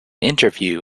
interview